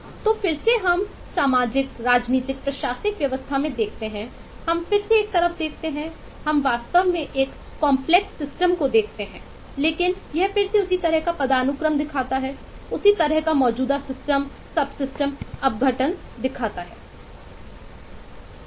तो फिर से हम सामाजिक राजनीतिक प्रशासनिक व्यवस्था में देखते हैं हम फिर से एक तरफ देखते हैं हम वास्तव में एक जटिल प्रणाली को देखते हैं लेकिन यह फिर से उसी तरह का पदानुक्रम दिखाता है उसी तरह का मौजूदा सिस्टम सबसिस्टम अपघटन जो मौजूद है